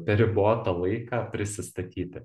per ribotą laiką prisistatyti